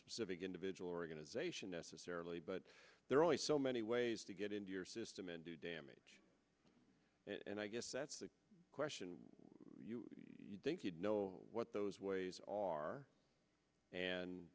specific individual organization necessarily but there are only so many ways to get into your system and do damage and i guess that's the question you'd think you'd know what those ways are and